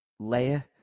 layer